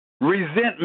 resentment